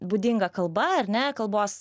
būdinga kalba ar ne kalbos